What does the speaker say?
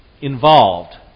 involved